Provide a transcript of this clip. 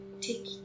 take